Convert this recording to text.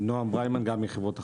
נעם ברימן, גם מחברות החלוקה.